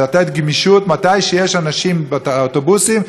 לתת גמישות: מתי שיש אנשים בתחנות,